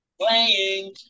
playing